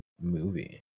movie